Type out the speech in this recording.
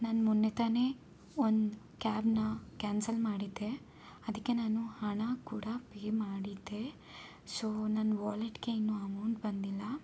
ನಾನು ಮೊನ್ನೆ ತಾನೇ ಒಂದು ಕ್ಯಾಬನ್ನ ಕ್ಯಾನ್ಸಲ್ ಮಾಡಿದ್ದೆ ಅದಕ್ಕೆ ನಾನು ಹಣ ಕೂಡ ಪೇ ಮಾಡಿದ್ದೆ ಸೋ ನನ್ನ ವಾಲೆಟ್ಗೆ ಇನ್ನೂ ಅಮೌಂಟ್ ಬಂದಿಲ್ಲ